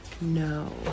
No